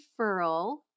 referral